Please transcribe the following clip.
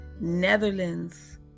Netherlands